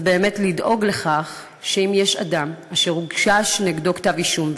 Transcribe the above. היא באמת לדאוג לכך שאם יש אדם אשר הוגש נגדו כתב-אישום,